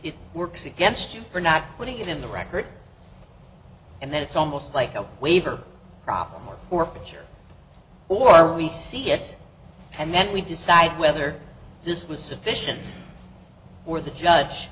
it works against you for not putting it in the record and then it's almost like a waiver problem for picture or we see it and then we decide whether this was sufficient for the judge